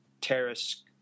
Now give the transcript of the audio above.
terrorist